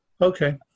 Okay